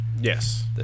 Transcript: Yes